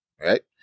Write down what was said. Right